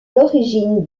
l’origine